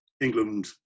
England